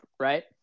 Right